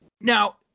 Now